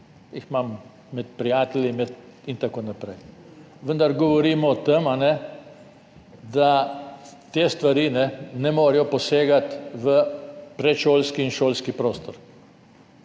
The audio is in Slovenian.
jih imam med prijatelji in tako naprej. Vendar govorimo o tem, da te stvari ne morejo posegati v predšolski in šolski prostor.